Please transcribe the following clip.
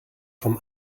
vom